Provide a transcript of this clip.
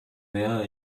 wäre